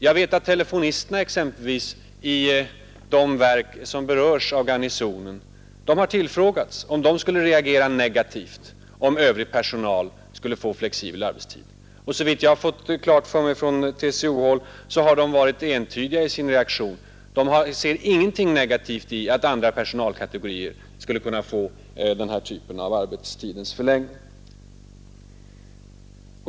Jag vet att exempelvis telefonisterna i de verk som berörs av flyttningen till kvarteret Garnisonen har tillfrågats om de skulle reagera negativt om övrig personal skulle få flexibel arbetstid. Såvitt jag förstått av uppgifter från TCO-håll har de varit entydiga i sin reaktion. De ser ingenting negativt i att andra personalkategorier skulle kunna få denna typ av arbetstidsförläggning.